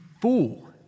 fool